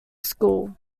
school